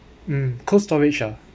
mm Cold Storage ah